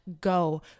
go